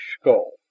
skull